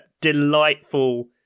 delightful